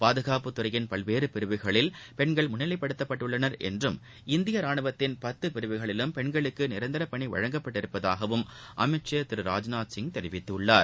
பாதுகாப்புத்துறையில் பல்வேறுபிரிவுகளில் பெண்கள் முன்னிலைப்படுத்தப்பட்டுள்ளனர் என்றும் இந்தியரானுவத்தின் பத்துபிரிவுகளிலும் பெண்களுக்குநிரந்தரபணிவழங்கப்பட்டுள்ளதாகவும் அமைச்சர் திரு ராஜ்நாத்சிங் தெரிவித்துள்ளார்